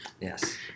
Yes